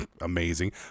amazing